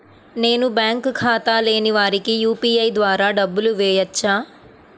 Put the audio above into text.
నేను బ్యాంక్ ఖాతా లేని వారికి యూ.పీ.ఐ ద్వారా డబ్బులు వేయచ్చా?